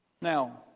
Now